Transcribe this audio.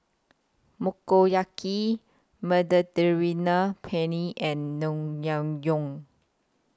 Motoyaki Mediterranean Penne and Naengmyeon